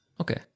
Okay